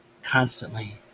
constantly